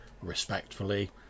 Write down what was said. respectfully